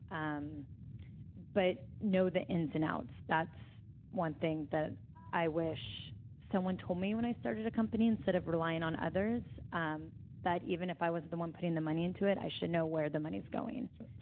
um but know the ins and outs. that's one thing that i wish someone told me when i started a company instead of relying on others, um that even if i wasn't the one putting the money into it, i should know where the money's going so,